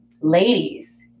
Ladies